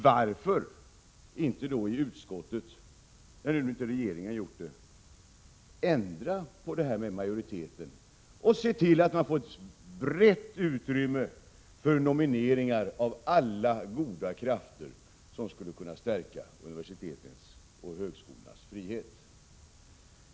Varför då inte i utskottet, när regeringen inte har gjort det, ändra detta med majoriteten och se till att det skapas ett brett utrymme för nomineringar av alla goda krafter som skulle kunna stärka universitetens och högskolornas frihet?